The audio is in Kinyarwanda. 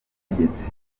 ubutegetsi